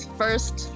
first